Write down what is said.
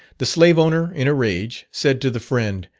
the slave-owner in a rage, said to the friend,